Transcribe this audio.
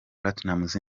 platinumz